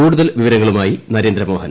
കൂടുതൽ വിവരങ്ങളുമായി നരേന്ദ്രമോഹൻ